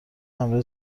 همراه